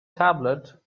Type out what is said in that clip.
tablet